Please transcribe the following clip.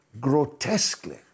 grotesquely